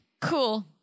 cool